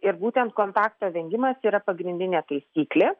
ir būtent kontakto vengimas yra pagrindinė taisyklė